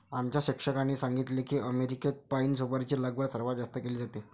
आमच्या शिक्षकांनी सांगितले की अमेरिकेत पाइन सुपारीची लागवड सर्वात जास्त केली जाते